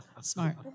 Smart